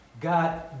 God